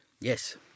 Yes